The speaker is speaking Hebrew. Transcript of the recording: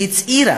והצהירה